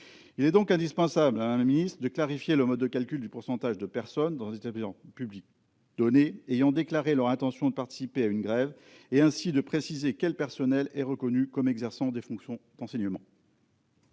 Il est indispensable, madame la secrétaire d'État, de clarifier le mode de calcul du pourcentage de personnes, dans un établissement public donné, ayant déclaré leur intention de participer à une grève et ainsi de préciser quel personnel est reconnu comme « exerçant des fonctions d'enseignement